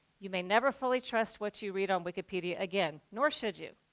you may never fully trust what you read on wikipedia again, nor should you.